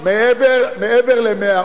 מעבר ל-100.